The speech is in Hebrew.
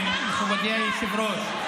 מכובדי היושב-ראש,